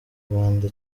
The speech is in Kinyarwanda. rwanda